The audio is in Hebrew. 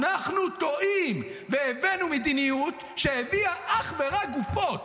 אנחנו טועים והבאנו מדיניות שהביאה אך ורק גופות.